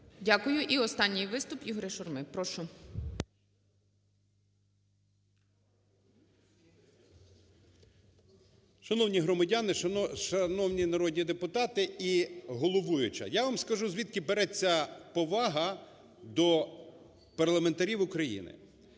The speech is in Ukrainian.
Дякую. І останній виступ Ігоря Шурми, прошу. 11:59:00 ШУРМА І.М. Шановні громадяни, шановні народні депутати і головуюча! Я вам скажу, звідки береться повага до парламентарів України.